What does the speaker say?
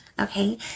Okay